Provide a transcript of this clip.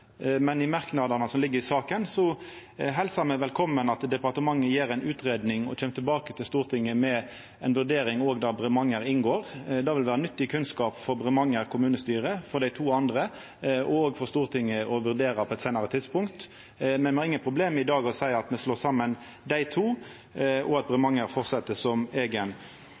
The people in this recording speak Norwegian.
men i merknadene som ligg i saka, helsar me velkomen at departementet gjer ei utgreiing og kjem tilbake til Stortinget med ei vurdering der òg Bremanger inngår. Det vil vera nyttig kunnskap for Bremanger kommunestyre, for dei to andre og for Stortinget å vurdera på eit seinare tidspunkt. Men me har ingen problem i dag med å seia at me slår saman dei to, og at Bremanger fortset som eigen